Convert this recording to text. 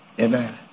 Amen